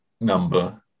number